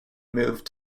moved